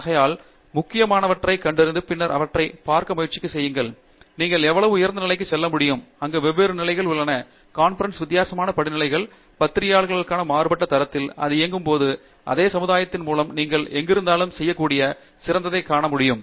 ஆகையால் முக்கியமானவற்றைக் கண்டறிந்து பின்னர் அவற்றைப் பார்க்க முயற்சி செய்யுங்கள் நீங்கள் எவ்வளவு உயர்ந்த நிலைக்கு செல்ல முடியும் அங்கு வெவ்வேறு நிலைகள் உள்ளன கான்பிரன்ஸ் வித்தியாசமான படிநிலைகள் பத்திரிகையாளர்களுக்கான மாறுபட்ட தரத்தில் அது இயங்கும் போதும் அதே சமுதாயத்தின் மூலம் நீங்கள் எங்கிருந்தாலும் செய்யக்கூடிய சிறந்ததை அடையாளம் காணவும்